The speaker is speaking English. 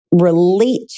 relate